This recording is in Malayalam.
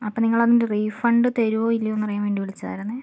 അപ്പം നിങ്ങൾ അതിൻ്റെ റീഫണ്ട് തരുമോ ഇല്ലയോ എന്നു അറിയാൻ വേണ്ടി വിളിച്ചതായിരുന്നു